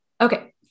Okay